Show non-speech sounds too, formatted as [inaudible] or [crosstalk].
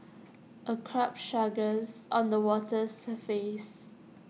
[noise] A carp struggles on the water's surface